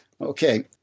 Okay